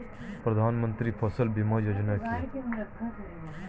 প্রধানমন্ত্রী ফসল বীমা যোজনা কি?